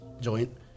joint